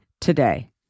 today